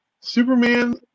Superman